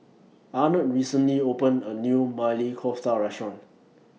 Arnett recently opened A New Maili Kofta Restaurant